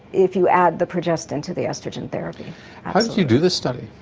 if you add the progestin to the oestrogen therapy. how did you do this study?